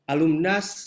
Alumnas